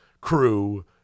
crew